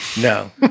No